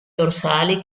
dorsali